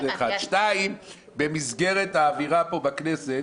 שתיים, במסגרת האווירה פה בכנסת,